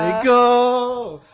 go,